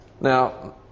Now